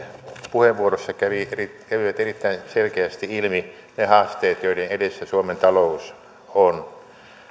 puheenvuorossa kävivät erittäin selkeästi ilmi ne haasteet joiden edessä suomen talous on